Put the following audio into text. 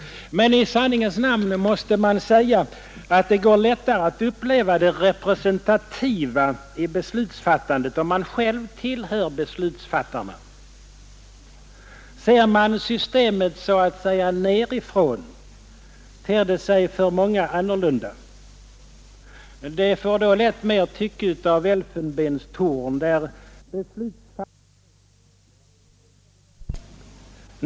Men i sanningens namn måste man säga att det går lättare att uppleva det representativa i beslutsfattandet om man själv tillhör beslutsfattarna. Ser man systemet så att säga nerifrån ter det sig för många annorlunda. Det får då lätt tycke av elfenbenstorn, där beslutsfattare sitter avskilt och högt över gemene man.